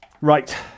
Right